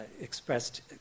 expressed